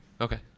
Okay